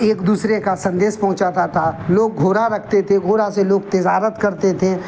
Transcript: ایک دوسرے کا سندیس پہنچاتا تھا لوگ گھورا رکھتے تھے گھوڑا سے لوگ تجارت کرتے تھے